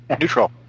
Neutral